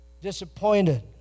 disappointed